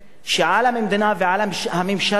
שעל המדינה ועל הממשלה להתערב,